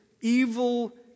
evil